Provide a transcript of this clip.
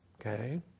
okay